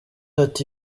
ati